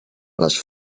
les